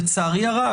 שלצערי הרב,